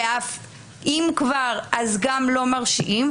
ועוד פחות להרשעה,